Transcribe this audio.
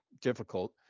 difficult